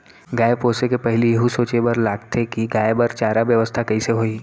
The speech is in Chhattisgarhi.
गाय पोसे के पहिली एहू सोचे बर लगथे कि गाय बर चारा बेवस्था कइसे होही